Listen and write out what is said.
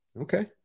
Okay